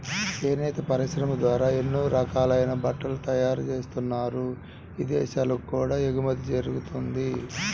చేనేత పరిశ్రమ ద్వారా ఎన్నో రకాలైన బట్టలు తయారుజేత్తన్నారు, ఇదేశాలకు కూడా ఎగుమతి జరగతంది